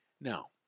Now